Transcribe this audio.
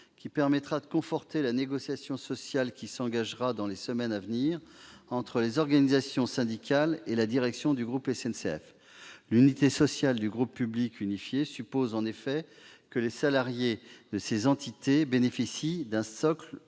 permettant de conforter la négociation sociale qui s'engagera dans les semaines à venir entre les organisations syndicales et la direction du groupe SNCF. L'unité sociale du groupe public unifié suppose en effet que les salariés de ces entités bénéficient d'un socle de